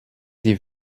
die